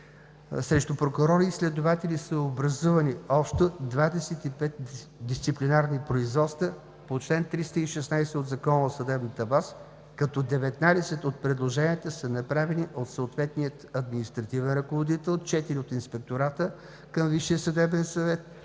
срещу прокурори и следователи са образувани общо 25 дисциплинарни производства по чл. 316 от Закона за съдебната власт, като 19 от предложенията са направени от съответния административен ръководител, 4 от Инспектората към